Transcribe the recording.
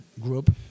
group